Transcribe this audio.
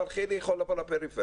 אבל חילי יכול לבוא לפריפריה,